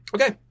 okay